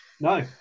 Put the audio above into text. No